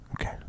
Okay